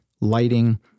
lighting